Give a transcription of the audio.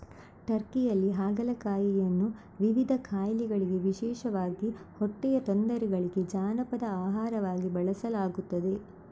ಟರ್ಕಿಯಲ್ಲಿ ಹಾಗಲಕಾಯಿಯನ್ನು ವಿವಿಧ ಕಾಯಿಲೆಗಳಿಗೆ ವಿಶೇಷವಾಗಿ ಹೊಟ್ಟೆಯ ತೊಂದರೆಗಳಿಗೆ ಜಾನಪದ ಆಹಾರವಾಗಿ ಬಳಸಲಾಗುತ್ತದೆ